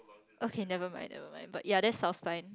okay never mind never mind but you are there south times